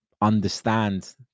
understand